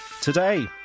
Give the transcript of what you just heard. Today